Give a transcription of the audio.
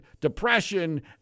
depression